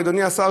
אדוני השר,